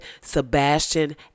Sebastian